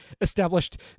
established